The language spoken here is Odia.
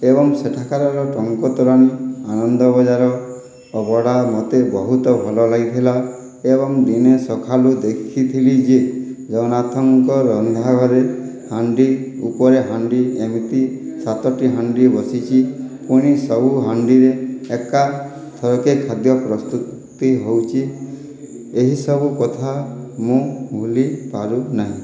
ଏବଂ ସେଠାକାରର ଟଙ୍କ ତୋରାଣି ଆନନ୍ଦ ବଜାର ଅଭଡ଼ା ମୋତେ ବହୁତ ଭଲ ଲାଗିଥିଲା ଏବଂ ଦିନେ ସଖାଳୁ ଦେଖିଥିଲି ଯେ ଜଗନ୍ନାଥଙ୍କ ରନ୍ଧାଘରେ ହାଣ୍ଡି ଉପରେ ହାଣ୍ଡି ଏମିତି ସାତଟି ହାଣ୍ଡି ବସିଛି ପୁଣି ସବୁ ହାଣ୍ଡିରେ ଏକାଥରକେ ଖାଦ୍ୟ ପ୍ରସ୍ତୁତି ହେଉଛି ଏହିସବୁ କଥା ମୁଁ ଭୁଲିପାରୁନାହିଁ